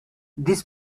this